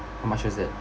how much is it